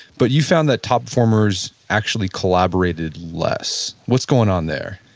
but you've found that top performers actually collaborated less. what's going on there?